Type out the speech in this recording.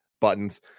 buttons